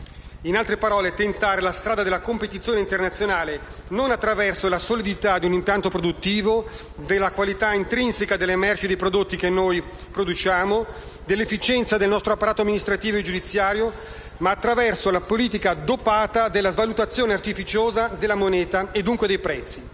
In altre parole, si vuole tentare la strada della competizione internazionale non attraverso la solidità di un impianto produttivo, della qualità intrinseca delle merci e dei prodotti che produciamo, dell'efficienza dell'apparato amministrativo e giudiziario, ma attraverso la politica "dopata" della svalutazione artificiosa della moneta e, dunque, dei prezzi.